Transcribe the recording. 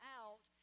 out